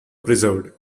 preserved